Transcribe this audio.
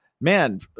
man